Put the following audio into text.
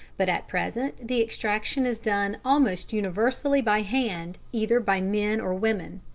but at present the extraction is done almost universally by hand, either by men or women.